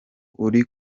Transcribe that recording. uri